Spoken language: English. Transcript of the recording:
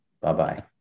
Bye-bye